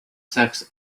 sex